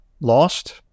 lost